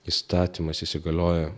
įstatymas įsigaliojo